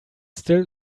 still